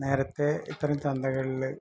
നേരത്തെ ഇത്തരം ചന്തകളിൽ